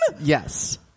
Yes